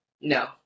No